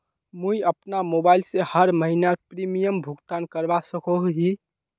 मुई अपना मोबाईल से हर महीनार प्रीमियम भुगतान करवा सकोहो ही?